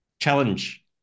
Challenge